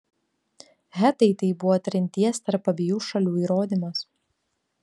hetai tai buvo trinties tarp abiejų šalių įrodymas